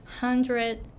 hundred